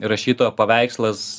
rašytojo paveikslas